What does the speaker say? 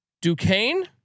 Duquesne